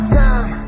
time